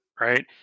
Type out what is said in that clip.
right